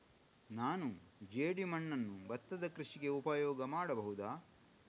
ನಾನು ಜೇಡಿಮಣ್ಣನ್ನು ಭತ್ತದ ಕೃಷಿಗೆ ಉಪಯೋಗ ಮಾಡಬಹುದಾ?